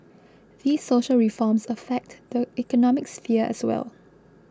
these social reforms affect the economic sphere as well